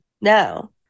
No